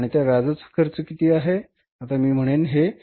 आणि त्या व्याजाचा खर्च किती आहे